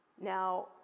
Now